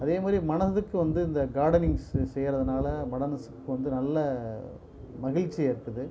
அதேமாதிரி மனதுக்கு வந்து இந்த கார்டனிங்ஸ் செய்கிறதுனால மனதுக்கு வந்து நல்ல மகிழ்ச்சி இருக்குது